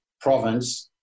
province